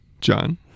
John